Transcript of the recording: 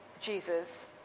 Jesus